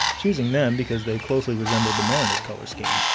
choosing them because they closely resembled the mariners' color scheme.